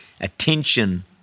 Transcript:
attention